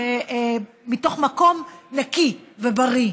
מתוך מקום נקי ובריא,